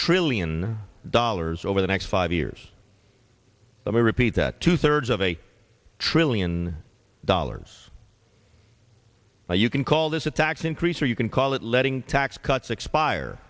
trillion dollars over the next five years let me repeat that two thirds of a trillion dollars you can call this a tax increase or you can call it letting tax cuts expire